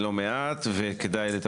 לא מנוצלת או וילה שיושבת שם או דבר כזה,